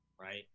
right